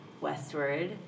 Westward